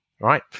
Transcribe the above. right